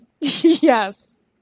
yes